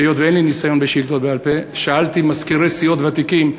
היות שאין לי ניסיון בעל-פה שאלתי מזכירי סיעות ותיקים,